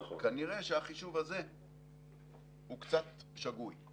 כנראה שהחישוב הזה הוא קצת שגוי.